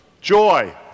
joy